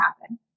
happen